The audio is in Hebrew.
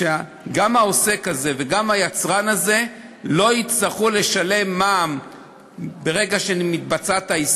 וגם העוסק הזה וגם היצרן הזה לא יצטרכו לשלם מע"מ ברגע שהעסקה מתבצעת,